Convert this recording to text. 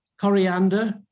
coriander